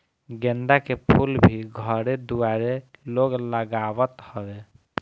गेंदा के फूल भी घरे दुआरे लोग लगावत हवे